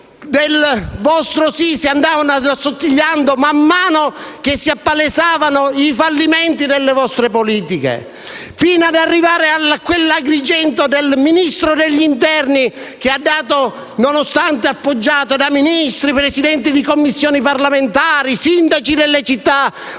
del vostro "sì" andavano assottigliandosi man mano che si appalesavano i fallimenti delle vostre politiche? Fino ad arrivare a quell'Agrigento del Ministro dell'interno, che, nonostante il sì fosse appoggiato da Ministri, da Presidenti di Commissioni parlamentari e dai sindaci delle città,